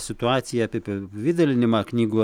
situaciją apipavidalinimą knygų